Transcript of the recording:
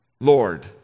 Lord